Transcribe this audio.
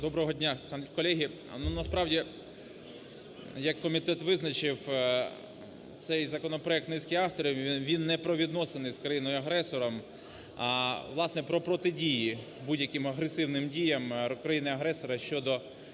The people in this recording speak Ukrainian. Доброго дня, колеги! Ну, насправді, як комітет визначив, цей законопроект низки авторів, він не про відносини з країною-агресором, а власне про протидії будь-яким агресивним діям країни-агресора щодо